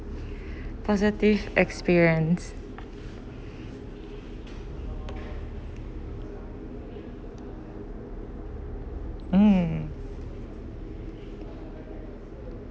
positive experience mm